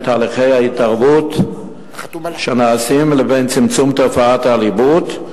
תהליכי ההתערבות שנעשים לבין צמצום תופעת האלימות,